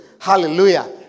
Hallelujah